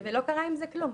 ולא קרה עם זה כלום.